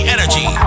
Energy